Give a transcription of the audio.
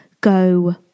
Go